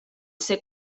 ser